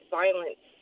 violence